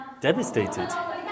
devastated